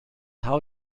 how